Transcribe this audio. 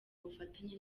bufatanye